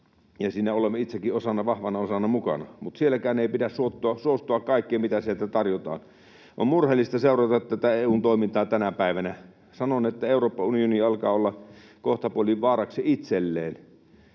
siinä olemme itsekin vahvana osana mukana, mutta sielläkään ei pidä suostua kaikkeen, mitä sieltä tarjotaan. On murheellista seurata tätä EU:n toimintaa tänä päivänä. Sanon, että Euroopan unioni alkaa olla kohtapuolin vaaraksi itselleen.